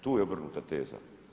Tu je obrnuta teza.